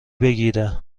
بگیره